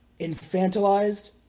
infantilized